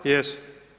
Jesu.